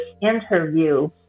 interview